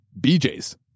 BJ's